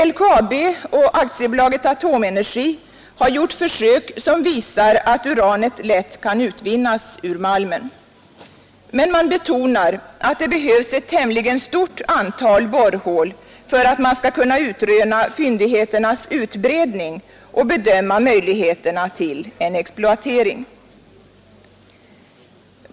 LKAB och AB Atomenergi har gjort försök som visar att uranet lätt kan utvinnas ur malmen. Men man betonar att det behövs ett tämligen stort antal borrhål för att man skall kunna utröna fyndigheternas utbredning och bedöma möjligheterna till en exploatering.